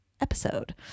episode